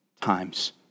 times